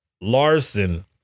Larson